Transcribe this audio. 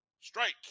strike